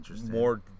more